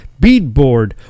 beadboard